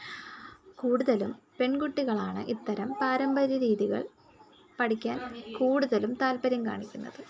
കൂടുതലും പെൺകുട്ടികളാണ് ഇത്തരം പാരമ്പര്യ രീതികൾ പഠിക്കാൻ കൂടുതലും താൽപ്പര്യം കാണിക്കുന്നത്